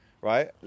right